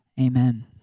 Amen